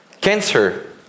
Cancer